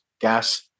gas